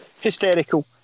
hysterical